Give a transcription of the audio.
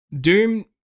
doom